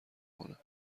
کنه